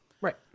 Right